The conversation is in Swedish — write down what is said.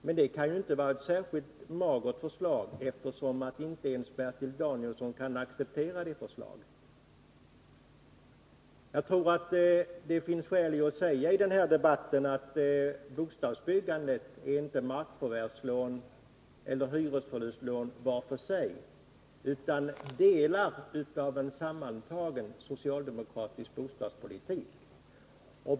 Men det kan ju inte vara ett särskilt magert förslag, eftersom inte ens Bertil Danielsson kan acceptera det förslaget. Jag tror att det finns skäl att säga i den här debatten att bostadsbyggandet inte är en fråga om markförvärvslån eller hyresförlustlån var för sig, utan det är fråga om delar av en sammantagen socialdemokratisk bostadspolitik.